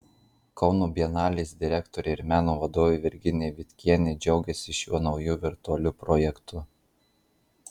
kauno bienalės direktorė ir meno vadovė virginija vitkienė džiaugiasi šiuo nauju virtualiu projektu